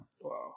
Wow